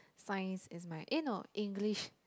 Science is my eh no English